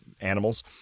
animals